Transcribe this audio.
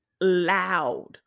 loud